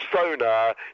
sonar